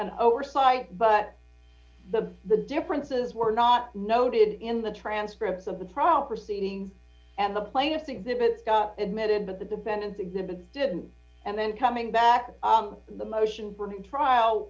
an oversight but the the differences were not noted in the transcript of the proud proceeding and the plaintiff's exhibit admitted but the defendant's exhibit didn't and then coming back to the motion for new trial